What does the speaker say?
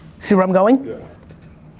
see where i'm going? yeah.